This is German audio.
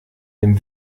dem